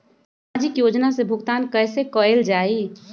सामाजिक योजना से भुगतान कैसे कयल जाई?